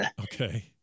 Okay